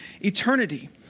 eternity